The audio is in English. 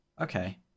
okay